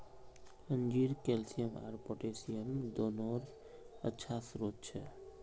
अंजीर कैल्शियम आर पोटेशियम दोनोंरे अच्छा स्रोत छे